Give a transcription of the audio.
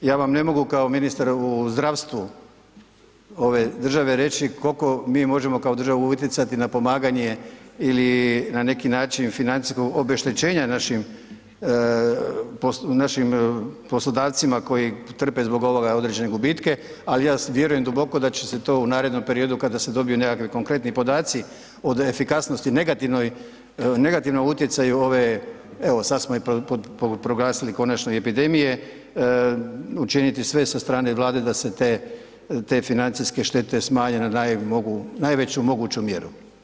Ja vam ne mogu kao ministar u zdravstvu ove države reći kol'ko mi možemo kao država utjecati na pomaganje ili na neki način financijsko obeštećenje našim, našim poslodavcima koji trpe zbog ovoga određene gubitke, ali ja vjerujem duboko da će se to u narednom periodu kada se dobiju nekakvi konkretni podaci od efikasnosti negativnoj, negativnom utjecaju ove, evo sad smo je proglasili konačno i epidemije, učiniti sve sa strane Vlade da se te, te financijske štete smanje na najveću moguću mjeru.